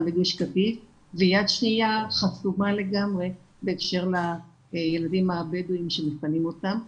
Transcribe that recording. מגוש קטיף ויד שניה חסומה לגמרי בהקשר לילדים הבדואים שמפנים אותם.